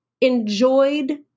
enjoyed